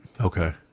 Okay